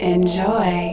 Enjoy